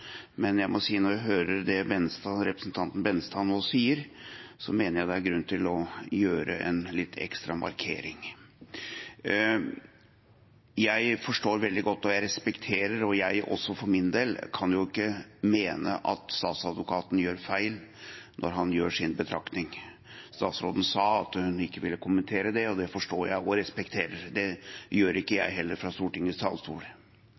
men jeg må si at når jeg hører det representanten Tveiten Benestad nå sier, mener jeg det er grunn til å gjøre en litt ekstra markering. Jeg forstår veldig godt, og jeg respekterer – og heller ikke jeg for min del kan mene at statsadvokaten gjør feil når han gjør sin betraktning – at statsråden sa at hun ikke ville kommentere statsadvokatens beslutning. Det forstår jeg og respekterer. Det gjør ikke jeg heller fra Stortingets talerstol.